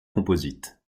composites